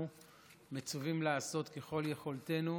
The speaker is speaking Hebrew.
אנחנו מצווים לעשות ככל יכולתנו,